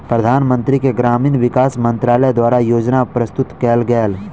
प्रधानमंत्री के ग्रामीण विकास मंत्रालय द्वारा योजना प्रस्तुत कएल गेल